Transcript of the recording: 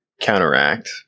counteract